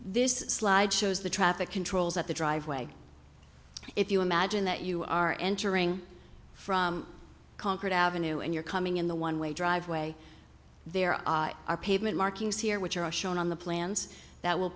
this slide shows the traffic controls at the driveway if you imagine that you are entering from concord avenue and you're coming in the one way driveway there are are pavement markings here which are shown on the plans that will